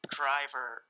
driver